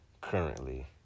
currently